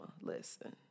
listen